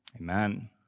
Amen